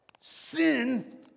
sin